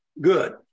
good